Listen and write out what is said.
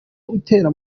utera